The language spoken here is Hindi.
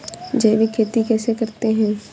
जैविक खेती कैसे करते हैं?